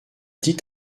dit